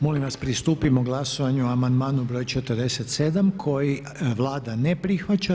Molim vas pristupimo glasovanju o amandmanu br. 47. koji Vlada ne prihvaća.